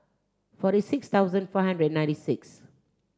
forty six thousand five hundred ninety six